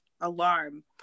alarm